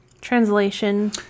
translation